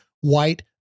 white